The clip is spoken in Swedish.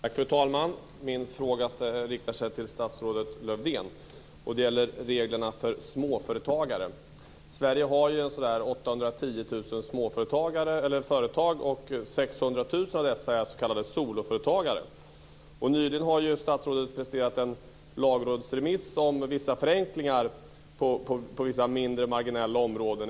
Fru talman! Min fråga riktar sig till statsrådet Lövdén. Den gäller reglerna för småföretagare. Sverige har ca 810 000 företagare. 600 000 av dessa är s.k. soloföretagare. Nyligen har statsrådet presterat en lagrådsremiss om förenklingar på vissa marginella områden.